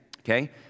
Okay